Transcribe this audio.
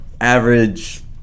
average